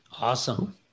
Awesome